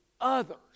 others